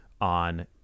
on